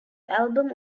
album